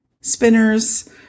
spinners